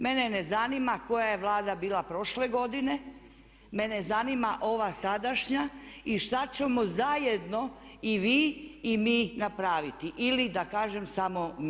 Mene ne zanima koja je Vlada bila prošle godine, mene zanima ova sadašnja i šta ćemo zajedno i vi i mi napraviti ili da kažem samo mi.